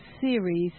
series